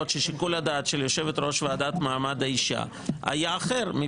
ששיקול הדעת של יושבת ראש הוועדה למעמד האישה היה אחר.